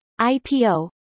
ipo